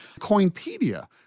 Coinpedia